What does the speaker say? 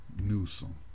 Newsom